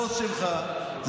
הבוס שלך,